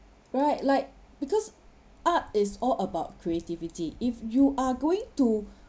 right like because art is all about creativity if you are going to